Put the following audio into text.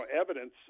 evidence